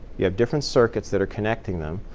you have different circuits that are connecting them,